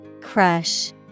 Crush